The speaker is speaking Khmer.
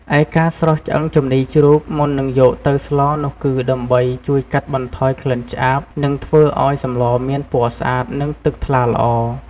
ឯការស្រុះឆ្អឹងជំនីរជ្រូកមុននឹងយកទៅស្លនោះគឺដើម្បី ជួយកាត់បន្ថយក្លិនឆ្អាប និងធ្វើឱ្យសម្លមានពណ៌ស្អាត និងទឹកថ្លាល្អ។